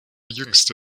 jüngste